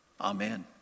Amen